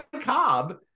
cobb